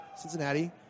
Cincinnati